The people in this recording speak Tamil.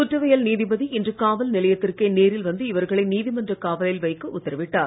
குற்றவியல் நீதிபதி இன்று காவல் நிலையத்திற்கே நேரில் வந்து இவர்களை நீதிமன்ற காவலில் வைக்க உத்தரவிட்டார்